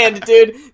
dude